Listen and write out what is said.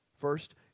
First